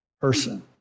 person